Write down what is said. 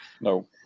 no